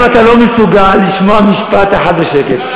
למה אתה לא מסוגל לשמוע משפט אחד בשקט?